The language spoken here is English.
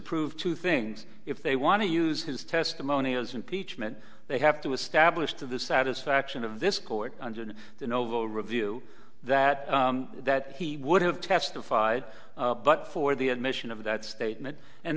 prove two things if they want to use his testimony as impeachment they have to establish to the satisfaction of this court under novo review that that he would have testified but for the admission of that statement and